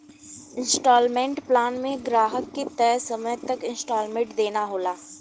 instalment plan में ग्राहकन के तय समय तक इन्सटॉलमेंट देना होला